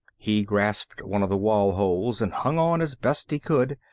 he grasped one of the wall holds and hung on as best he could.